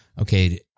okay